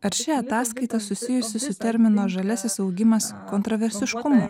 ar ši ataskaita susijusi su termino žaliasis augimas kontraversiškumu